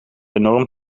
enorm